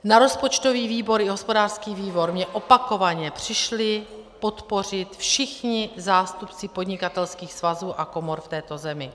Na rozpočtový výbor i hospodářský výbor mě opakovaně přišli podpořit všichni zástupci podnikatelských svazů a komor této země.